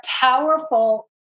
powerful